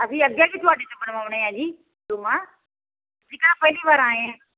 ਅਸੀਂ ਅੱਗੇ ਵੀ ਤੁਹਾਡੀ ਬਣਵਾਉਣੇ ਹਾਂ ਜੀ ਟੁਮਾ ਅਸੀਂ ਕਿਹੜਾ ਪਹਿਲੀ ਵਾਰ ਆਏ ਹਾਂ